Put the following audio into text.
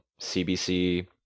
CBC